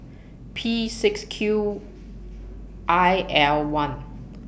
P six Q I L one